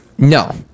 No